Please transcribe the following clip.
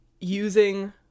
using